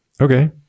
Okay